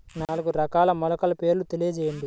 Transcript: నాలుగు రకాల మొలకల పేర్లు తెలియజేయండి?